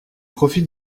profite